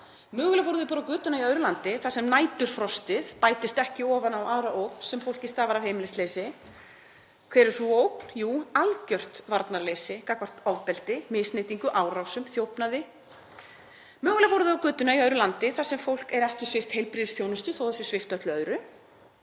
Mögulega fóru þeir á götuna í öðru landi þar sem næturfrostið bætist ekki ofan á aðra ógn sem fólki stafar af heimilisleysi. Hver er sú ógn? Jú, algjört varnarleysi gagnvart ofbeldi, misneytingu, árásum, þjófnaði. Mögulega fóru þau á götuna í öðru landi þar sem fólk er ekki svipt heilbrigðisþjónustu þó að það sé svipt öllu öðru.